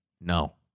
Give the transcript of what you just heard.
no